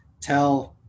tell